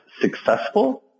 successful